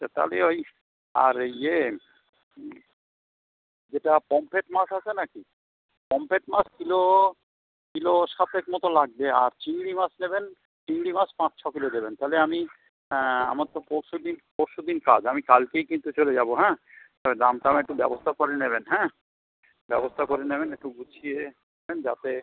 সে তাহলে ওই আর ওই ইয়ে যেটা পমফ্রেট মাছ আছে নাকি পমফ্রেট মাছ কিলো কিলো সাতেক মতো লাগবে আর চিংড়ি মাছ নেবেন চিংড়ি মাছ পাঁচ ছ কিলো দেবেন তালে আমি আমার তো পরশু দিন পরশু দিন কাজ আমি কালকেই কিন্তু চলে যাবো হ্যাঁ ওই দাম টাম একটু ব্যবস্থা করে নেবেন হ্যাঁ ব্যবস্থা করে নেবেন একটু গুছিয়ে যাতে